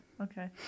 Okay